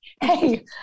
Hey